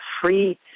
free